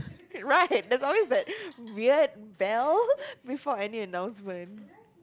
right there's always that weird bell before any announcement